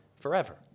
forever